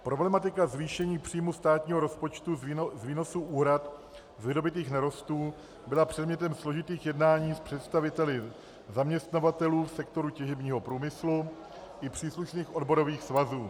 Problematika zvýšení příjmů státního rozpočtu z výnosů úhrad z vydobytých nerostů byla předmětem složitých jednání s představiteli zaměstnavatelů v sektoru těžebního průmyslu i příslušných odborových svazů.